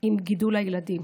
עם גידול הילדים.